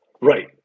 Right